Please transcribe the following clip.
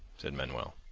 said manuel,